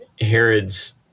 Herod's